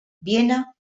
viena